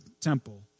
temple